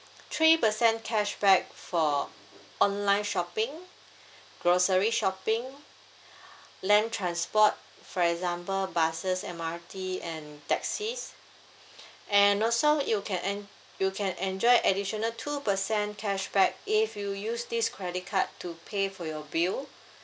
three percent cashback for online shopping grocery shopping land transport for example buses and M_R_T and taxis and also you can en~ you can enjoy additional two percent cashback if you use this credit card to pay for your bill